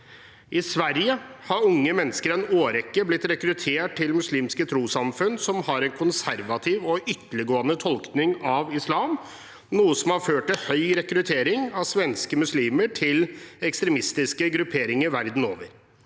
I Sverige har unge mennesker i en årrekke blitt rekruttert til muslimske trossamfunn som har en konservativ og ytterliggående tolkning av islam, noe som har ført til høy rekruttering av svenske muslimer til ekstremistiske grupperinger verden over.